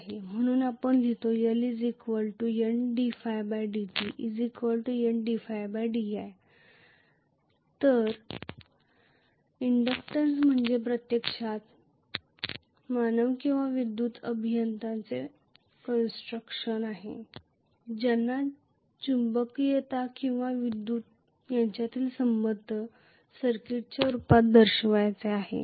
म्हणूनच आपण लिहितो L N ddt Ni तर इंडक्टन्स म्हणजे प्रत्यक्षात मानव किंवा विद्युत अभियंता यांचे बांधकाम आहे ज्यांना चुंबकीयता आणि विद्युत यांच्यातील संबंध सर्किटच्या रूपात दर्शवायचे आहेत